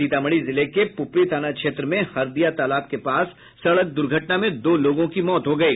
सीतामढ़ी जिले के पूपरी थाना क्षेत्र में हरदिया तालाब के पास सड़क दुर्घटना में दो लोगों की मौत हो गयी